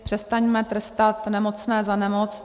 Přestaňme trestat nemocné za nemoc.